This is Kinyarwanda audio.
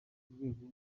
urwego